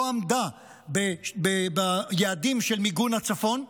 לא עמדו ביעדים של מיגון הצפון.